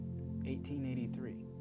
1883